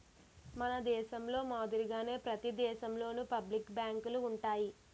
మన దేశంలో మాదిరిగానే ప్రతి దేశంలోనూ పబ్లిక్ బ్యాంకులు ఉంటాయి